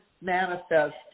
manifest